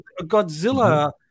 Godzilla